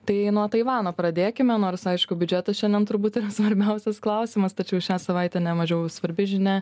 tai nuo taivano pradėkime nors aišku biudžetas šiandien turbūt yra svarbiausias klausimas tačiau šią savaitę ne mažiau svarbi žinia